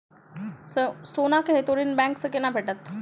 सोनाक हेतु ऋण बैंक सँ केना भेटत?